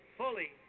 fully